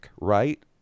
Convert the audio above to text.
right